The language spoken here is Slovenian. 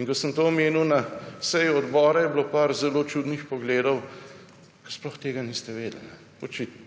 In ko sem to omenil na seji Odbora, je bil par zelo čudnih pogledov, k sploh tega niste vedeli, očitno.